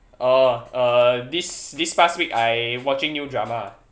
oh uh this this past week I watching new drama